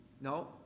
no